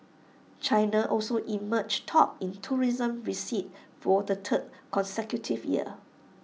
China also emerged top in tourism receipts for the third consecutive year